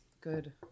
Good